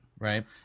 Right